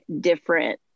different